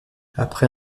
après